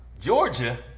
Georgia